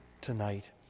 tonight